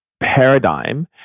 paradigm